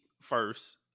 first